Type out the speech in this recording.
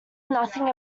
nothing